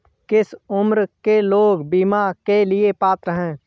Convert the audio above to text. किस उम्र के लोग बीमा के लिए पात्र हैं?